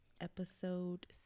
episode